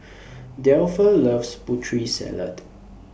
Delpha loves Putri Salad